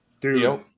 Dude